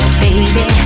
baby